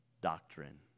doctrine